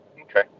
Okay